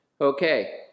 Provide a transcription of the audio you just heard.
Okay